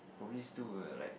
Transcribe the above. probably still a like